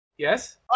Yes